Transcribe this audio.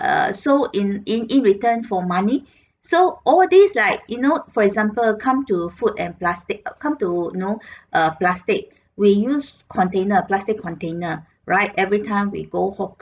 uh so in in in return for money so all these like you know for example come to food and plastic come to you know uh plastic we used container plastic container right every time we go hiking